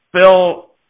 Phil